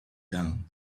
down